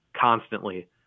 constantly